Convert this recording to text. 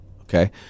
okay